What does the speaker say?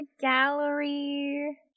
gallery